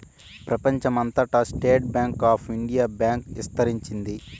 ప్రెపంచం అంతటా State Bank of India bank ఇస్తరించింది